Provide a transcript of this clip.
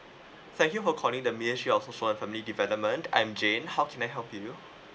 thank you for calling the ministry of social and family development I'm jane how can I help you